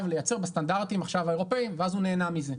לייצר בסטנדרטים אירופאיים ואז הוא נהנה מזה.